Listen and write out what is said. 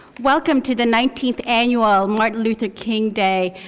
welcome to the nineteenth annual martin luther king day